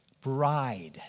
Bride